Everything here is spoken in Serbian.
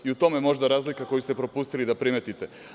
U tome je možda razlika koju ste propustili da primetite.